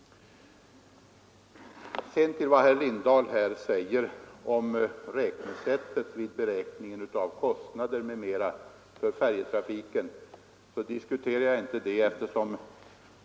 Det herr Lindahl säger om räknesättet vid beräkningen av kostnaderna m.m. för färjetrafiken diskuterar jag inte här.